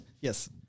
Yes